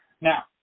now